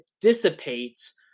dissipates